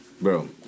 bro